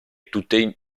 tutte